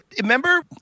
Remember